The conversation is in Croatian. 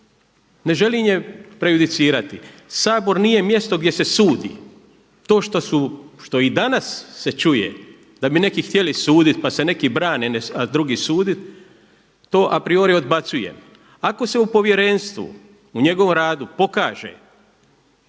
Ne želim je prejudicirati. Sabor nije mjesto gdje se sudi. To što su, što i danas se čuje da bi neki htjeli sudit, pa se neki brane a drugi sudit, to a priori odbacujem. Ako se u povjerenstvu, u njegovom radu pokaže,